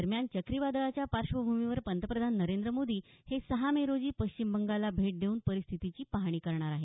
दरम्यान चक्रीवादळाच्या पार्श्वभूमीवर पंतप्रधान नरेंद्र मोदी हे सहा मे रोजी पश्चिम बंगालला भेट देऊन परिस्थितीची पाहणी करणार आहेत